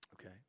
Okay